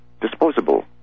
disposable